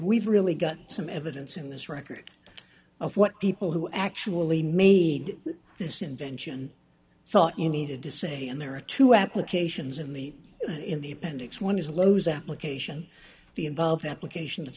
we've really got some evidence in this record of what people who actually made this invention thought you needed to say and there are two applications in the in the appendix one is lo's application the involved application that